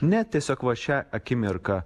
ne tiesiog va šią akimirką